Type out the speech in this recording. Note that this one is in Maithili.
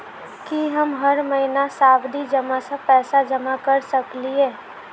की हम हर महीना सावधि जमा सँ पैसा जमा करऽ सकलिये?